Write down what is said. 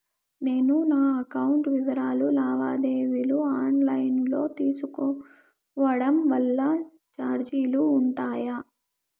నేను నా అకౌంట్ వివరాలు లావాదేవీలు ఆన్ లైను లో తీసుకోవడం వల్ల చార్జీలు ఉంటాయా?